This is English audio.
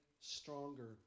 stronger